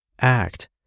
Act